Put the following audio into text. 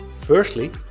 firstly